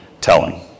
telling